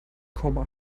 komma